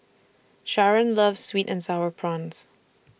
Sharron loves Sweet and Sour Prawns